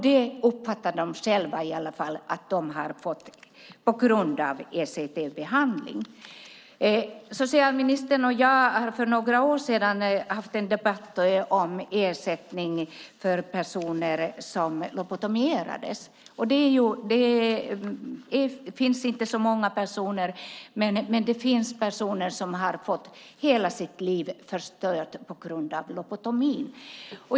De uppfattar själva att det beror på ECT-behandlingen. Socialministern och jag hade för några år sedan en debatt om ersättning till personer som lobotomerats. Det finns inte så många personer, men det finns de som fått hela sitt liv förstört på grund av lobotomi.